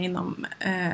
inom